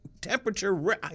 temperature